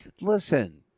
listen